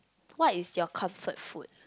what is your comfort food